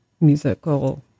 musical